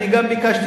אני גם ביקשתי,